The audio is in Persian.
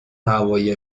هوایی